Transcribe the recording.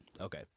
Okay